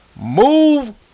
Move